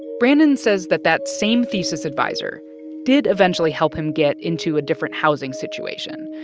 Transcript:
brandon says that that same thesis advisor did eventually help him get into a different housing situation.